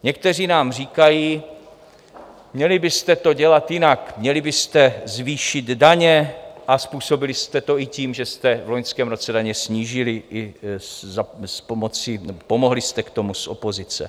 Někteří nám říkají: Měli byste to dělat jinak, měli byste zvýšit daně a způsobili jste to i tím, že jste v loňském roce daně snížili, pomohli jste tomu z opozice.